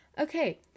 Okay